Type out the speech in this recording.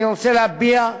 אני רוצה להביע,